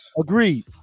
Agreed